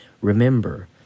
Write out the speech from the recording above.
Remember